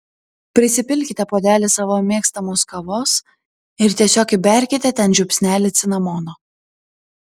prisipilkite puodelį savo mėgstamos kavos ir tiesiog įberkite ten žiupsnelį cinamono